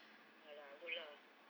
ya lah good lah